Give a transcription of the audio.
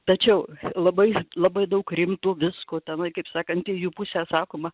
tačiau labai labai daug rimto visko tenai kaip sakant į jų pusę sakoma